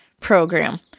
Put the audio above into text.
Program